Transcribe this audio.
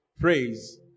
praise